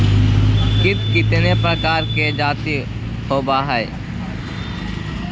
कीट कीतने प्रकार के जाती होबहय?